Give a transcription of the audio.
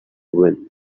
wind